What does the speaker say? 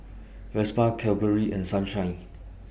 Vespa Cadbury and Sunshine